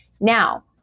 now